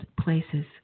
places